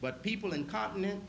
but people incontinent